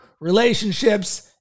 relationships